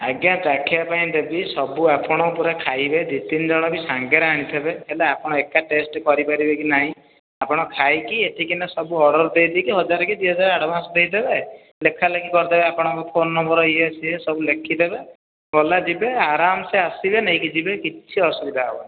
ଆଜ୍ଞା ଚାଖିବା ପାଇଁ ଦେବି ସବୁ ଆପଣ ପୁରା ଖାଇବେ ଦୁଇ ତିନି ଜଣ ବି ସାଙ୍ଗେ ରେ ଆଣିଥିବେ ହେଲା ଆପଣ ଏକା ଟେଷ୍ଟ କରିପାରିବେ କି ନାଇ ଆପଣ ଖାଇକି ଏଠିକି ନା ସବୁ ଅର୍ଡର ଦେଇଦେଇକି ହଜାରେ କିମ୍ବା ଦୁଇ ହଜାର ଆଡଭାନ୍ସ ଦେଇଦେବେ ଲେଖାଲେଖି କରିଦେବେ ଆପଣ ଙ୍କ ଫୋନ ନମ୍ବର ଇଏ ସିଏ ସବୁ ଲେଖିଦେବେ ଗଲା ଯିବେ ଆରାମ ସେ ଆସିବେ ନେଇକି ଯିବେ କିଛି ଅସୁବିଧା ହେବନି